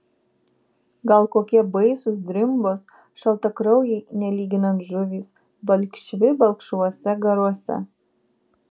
gal kokie baisūs drimbos šaltakraujai nelyginant žuvys balkšvi balkšvuose garuose